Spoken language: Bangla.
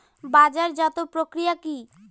বাজারজাতও প্রক্রিয়া কি?